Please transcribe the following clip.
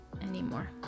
anymore